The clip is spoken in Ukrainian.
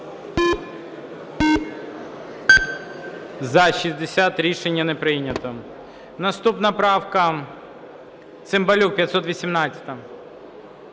За-60. Рішення не прийнято. Наступна правка, Цимбалюк, 518-а.